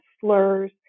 slurs